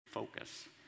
focus